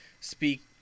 speak